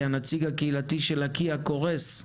כי הנציג הקהילתי של לקיה קורס,